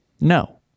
No